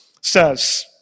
says